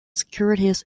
securities